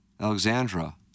Alexandra